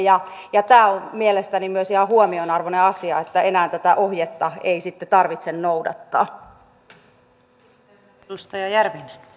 tämä on mielestäni myös ihan huomionarvoinen asia että enää tätä ohjetta ei sitten tarvitse noudattaa